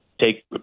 take